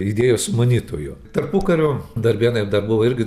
idėjos sumanytoju tarpukariu darbėnai dar buvo irgi